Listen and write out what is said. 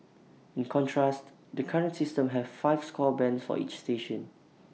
in contrast the current system has five score bands for each station